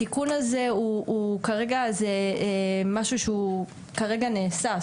התיקון הזה הוא כרגע זה משהו שכרגע נעשה,